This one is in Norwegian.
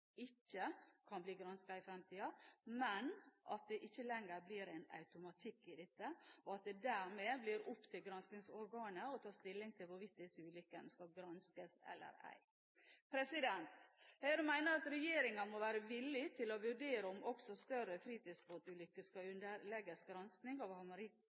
ikke kan bli gransket i fremtiden, men at det ikke lenger blir en automatikk i dette, og at det dermed blir opp til granskingsorganet å ta stilling til hvorvidt disse ulykkene skal granskes eller ei. Høyre mener regjeringen må være villig til å vurdere om også større fritidsbåtulykker skal